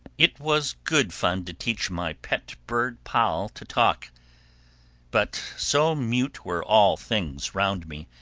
it was good fun to teach my pet bird poll to talk but so mute were all things round me,